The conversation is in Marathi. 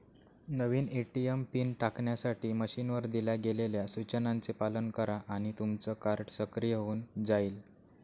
नवीन ए.टी.एम पिन टाकण्यासाठी मशीनवर दिल्या गेलेल्या सूचनांचे पालन करा आणि तुमचं कार्ड सक्रिय होऊन जाईल